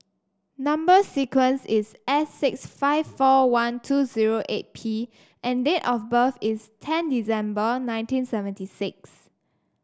number sequence is S six five four one two zero eight P and date of birth is ten December nineteen seventy six